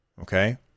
Okay